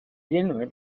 dinner